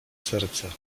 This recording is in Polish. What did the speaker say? serce